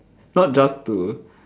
not just to